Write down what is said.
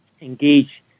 engage